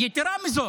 יתרה מזו,